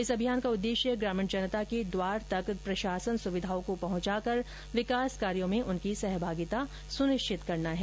इस अभियान का उददेश्य ग्रामीण जनता के द्वार तक प्रशासन सुविधाओं को पहुंचाकर विकास कार्यो में उनकी सहभागिता सुनिश्चित करना है